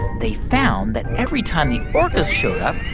they found that every time the orcas showed up,